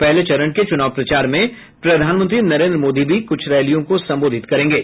पहले चरण के चुनाव प्रचार में प्रधानमंत्री नरेंद्र मोदी भी कुछ रैलियों को संबोधित करेंगे